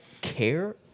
care